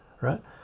right